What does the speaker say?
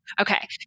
Okay